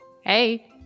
hey